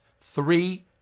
three